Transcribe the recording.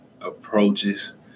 approaches